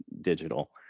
digital